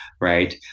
right